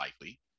likely